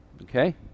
Okay